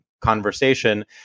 conversation